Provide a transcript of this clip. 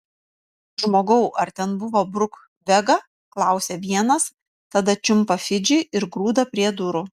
žmogau ar ten buvo bruk vega klausia vienas tada čiumpa fidžį ir grūda prie durų